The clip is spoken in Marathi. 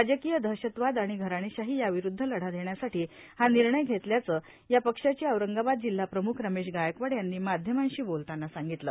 राजकीय दहशतवाद आणि घराणेशाही याविरुद्ध लढा देण्यासाठी हा निर्णय घेतल्याचं या पक्षाचे औरंगाबाद जिल्हा प्रमुख रमेश गायकवाड यांनी माध्यमांशी बोलताना सांगितलं